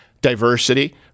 diversity